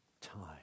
time